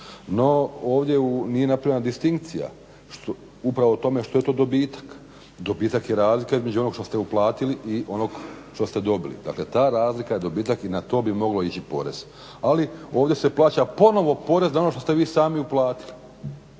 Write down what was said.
No ovdje nije napravljena distinkcija upravo o tome što je to dobitak. Dobitak je razlika između onog što ste uplatili i onog što ste dobili. Dakle ta razlika je dobitak i na to bi mogao ići porez. Ali ovdje se plaća ponovo porez na ono što ste vi sami uplatili.